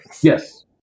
Yes